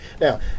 Now